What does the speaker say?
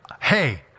hey